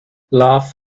laugh